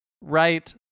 Right